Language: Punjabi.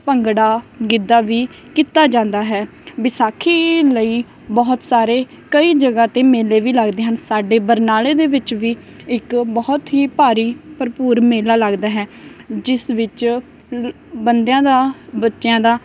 ਭੰਗੜਾ ਗਿੱਧਾ ਵੀ ਕੀਤਾ ਜਾਂਦਾ ਹੈ ਵਿਸਾਖੀ ਲਈ ਬਹੁਤ ਸਾਰੇ ਕਈ ਜਗ੍ਹਾ 'ਤੇ ਮੇਲੇ ਵੀ ਲੱਗਦੇ ਹਨ ਸਾਡੇ ਬਰਨਾਲੇ ਦੇ ਵਿੱਚ ਵੀ ਇੱਕ ਬਹੁਤ ਹੀ ਭਾਰੀ ਭਰਪੂਰ ਮੇਲਾ ਲੱਗਦਾ ਹੈ ਜਿਸ ਵਿੱਚ ਬੰਦਿਆਂ ਦਾ ਬੱਚਿਆਂ ਦਾ